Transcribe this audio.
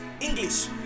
English